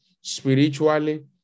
spiritually